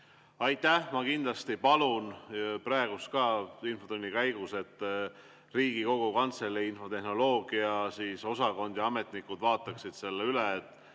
Aitäh! Ma kindlasti palun, et praegu, ka infotunni käigus, Riigikogu Kantselei infotehnoloogia osakond ja ametnikud vaataksid selle üle,